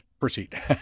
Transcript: Proceed